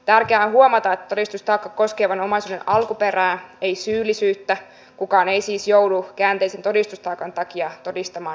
tärkeää on huomata että todistustaakka koskee vain omaisuuden alkuperää ei syyllisyyttä kukaan ei siis joudu käänteisen todistustaakan takia todistamaan itseään vastaan